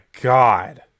God